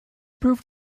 proved